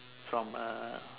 from a